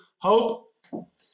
hope